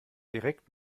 direkt